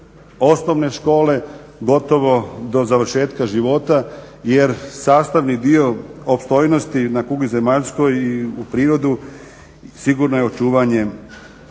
osnovne škole gotovo do završetka života, jer sastavni dio opstojnosti na kugli zemaljskoj i u prirodi sigurno je očuvanje